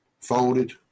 folded